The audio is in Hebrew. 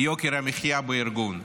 יוקר המחיה בארגון.